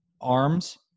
Arms